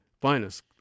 Finest